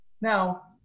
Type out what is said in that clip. Now